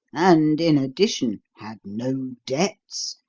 and, in addition, had no debts,